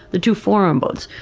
the two forearm bones.